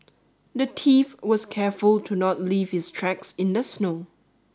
the thief was careful to not leave his tracks in the snow